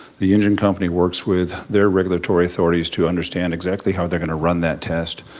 the engine company works with their regulatory authorities to understand exactly how they're gonna run that test,